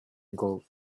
gold